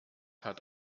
hat